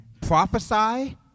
prophesy